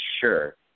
sure